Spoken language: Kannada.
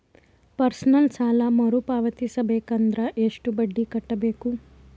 ಪರ್ಸನಲ್ ಸಾಲ ಮರು ಪಾವತಿಸಬೇಕಂದರ ಎಷ್ಟ ಬಡ್ಡಿ ಕಟ್ಟಬೇಕು?